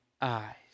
eyes